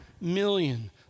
million